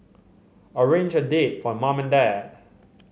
arrange a date for mum and dad